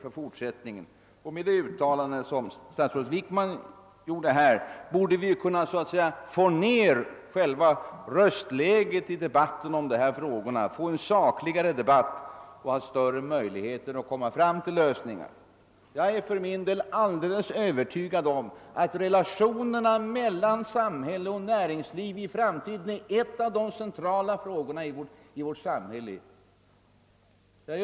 Efter det uttalande som statsrådet nu gjort borde vi kunna få ned röstläget i debatten om dessa frågor och få till stånd en sakligare debatt och därmed också öka möjligheterna att komma fram till lösningar. För min del är jag alldeles övertygad om att relationerna mellan samhälle och näringsliv i framtiden kommer att vara en av de centrala frågorna.